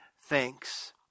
thanks